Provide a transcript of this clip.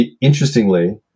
interestingly